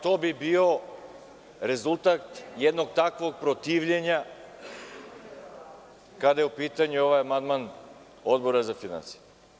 To bi bio rezultat jednog takvog protivljenja kada je u pitanju ovaj amandman Odbora za finansije.